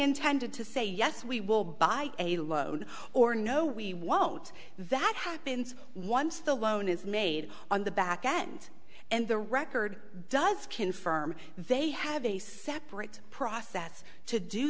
intended to say yes we will buy a load or no we won't that happens once the loan is made on the back end and the record does confirm they have a separate process to do